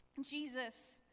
Jesus